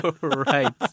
Right